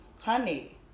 honey